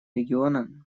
региона